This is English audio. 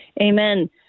Amen